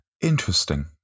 Interesting